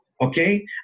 okay